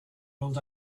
rolled